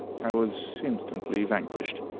i was instantly vanquished,